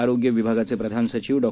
आरोग्य विभागाचे प्रधान सचिव डॉ